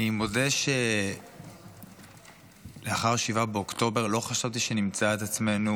אני מודה שלאחר 7 באוקטובר לא חשבתי שנמצא את עצמנו